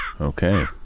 Okay